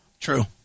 True